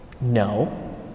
No